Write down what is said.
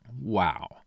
Wow